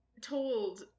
told